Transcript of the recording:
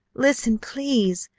listen please!